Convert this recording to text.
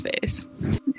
face